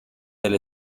del